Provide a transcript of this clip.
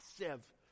massive